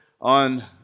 on